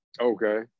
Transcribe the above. Okay